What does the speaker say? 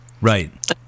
Right